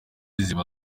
ziba